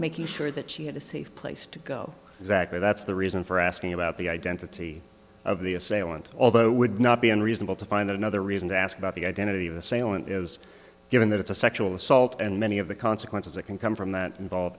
making sure that she had a safe place to go exactly that's the reason for asking about the identity of the assailant although would not be unreasonable to find another reason to ask about the identity of the saillant is given that it's a sexual assault and many of the consequences that can come from that involve